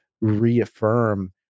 reaffirm